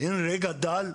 אין רגע דל.